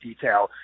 detail